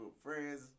Friends